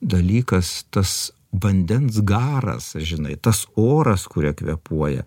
dalykas tas vandens garas žinai tas oras kuriuo kvėpuoja